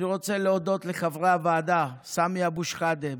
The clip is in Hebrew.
אני רוצה להודות לחברי הוועדה סמי אבו שחאדה,